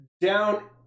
down